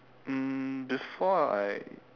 um before I